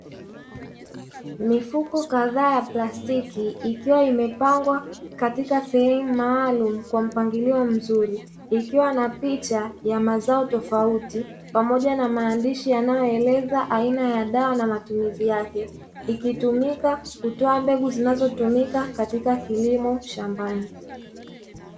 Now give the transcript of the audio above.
Mifuko kadhaa ya plastiki ikiwa imepangwa katika sehemu maalumu kwa mpangilio mzuri ikiwa na picha ya mazao tofauti pamoja na maandishi yanayoeleza aina ya dawa na matumizi yake ikitumika kutoa mbegu zinazotumika katika kilimo shambani.